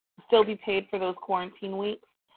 still be paid for those quarantine weeks?